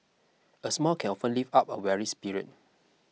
a smile can often lift up a weary spirit